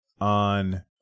on